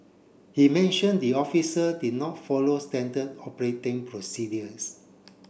he mention the officer did not follow standard operating procedures